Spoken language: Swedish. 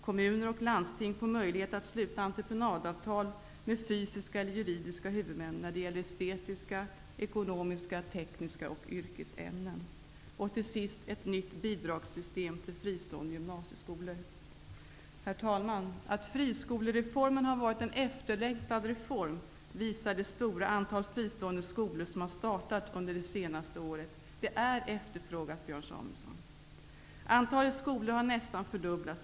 Kommuner och landsting får möjlighet att sluta entreprenadavtal med fysiska eller juridiska huvudmän när det gäller estetiska, ekonomiska och tekniska ämnen samt yrkesämnen. Slutligen föreslår vi ett nytt bidragssystem för fristående gymnasieskolor. Herr talman! Att friskolereformen har varit efterlängtad visar det stora antalet fristående skolor som har startat under det senaste året. Det är efterfrågat, Björn Samuelson! Antalet skolor har nästan fördubblats.